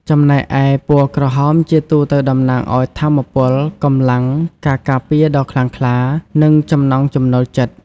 ចំណែកឯ ពណ៌ក្រហមជាទូទៅតំណាងឱ្យ ថាមពល កម្លាំង ការការពារដ៏ខ្លាំងក្លា និងចំណង់ចំណូលចិត្ត។